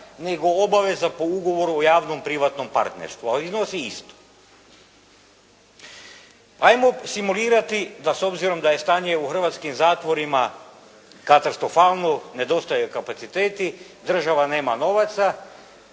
nego obaveza po ugovoru o javno-privatnom partnerstvu, a iznosi isto. Hajmo simulirati da s obzirom da je stanje u hrvatskim zatvorima katastrofalno, nedostaju kapaciteti, država nema novaca,